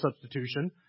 substitution